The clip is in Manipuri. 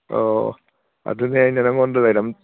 ꯑꯧ ꯑꯗꯨꯅꯦ ꯑꯩꯅ ꯅꯉꯣꯟꯗ